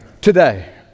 today